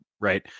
Right